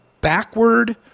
backward